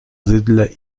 zydle